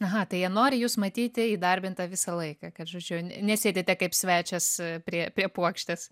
aha tai jie nori jus matyti įdarbintą visą laiką kad žodžiu nesėdite kaip svečias prie prie puokštės